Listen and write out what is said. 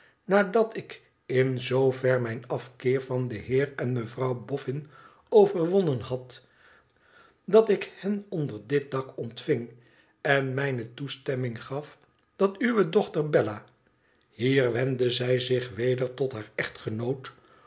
nadat ik in zoover mijn afkeer van den heer en mevrouw bofn overwonnen had dat ik hen onder dit dak ontving en mijne toestemming gaf dat uwe dochter bella hier wendde zij zich weder tot haar echtgenoot